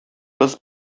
кыз